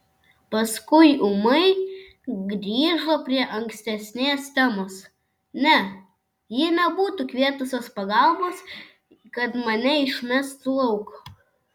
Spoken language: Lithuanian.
paskui ūmai grįžo prie ankstesnės temos ne ji nebūtų kvietusis pagalbos kad mane išmestų lauk